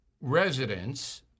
residents